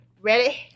Ready